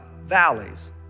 valleys